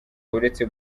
uretse